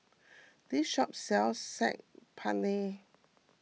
this shop sells Saag Paneer